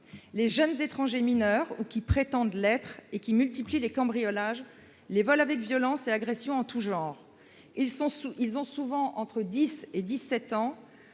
de jeunes étrangers mineurs, ou qui prétendent l'être, multiplient les cambriolages, les vols avec violence et les agressions en tout genre. Ils ont souvent entre 10 ans et 17 ans,